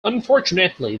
unfortunately